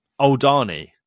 oldani